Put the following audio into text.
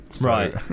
Right